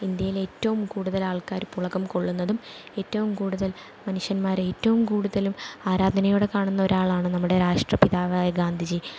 ഇന്ത്യയിലേറ്റവും കൂടുതൽ ആൾക്കാർ പുളകം കൊള്ളുന്നതും ഏറ്റവും കൂടുതൽ മനുഷ്യന്മാർ ഏറ്റവും കൂടുതലും ആരാധനയോടെ കാണുന്ന ഒരാളാണ് നമ്മുടെ രാഷ്ട്രപിതാവായ ഗാന്ധിജി